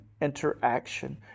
interaction